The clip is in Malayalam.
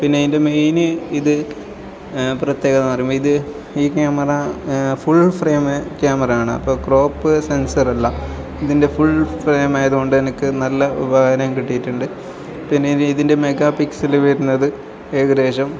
പിന്നെ ഇതിൻ്റെ മെയിന് ഇത് പ്രത്യേകതാന്ന് പറയുമ്പോൾ ഇത് ഈ ക്യാമറ ഫുൾ ഫ്രെയിംമ് ക്യാമറാണ് അപ്പം ക്രോപ്പ് സെൻസറല്ല ഇതിൻ്റെ ഫുൾ ഫ്രയിമായത് കൊണ്ടെനിക്ക് നല്ല ഉപകാരം കിട്ടീട്ടുണ്ട് പിന്നെ ഇതിൻ്റെ മെഗാ പിക്സല് വരുന്നത് ഏകദേശം